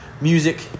music